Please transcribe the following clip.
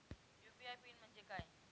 UPI PIN म्हणजे काय?